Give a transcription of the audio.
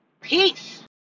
Peace